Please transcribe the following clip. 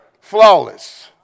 flawless